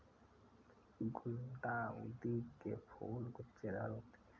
गुलदाउदी के फूल गुच्छेदार होते हैं